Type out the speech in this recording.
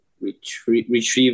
retrieve